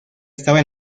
estaba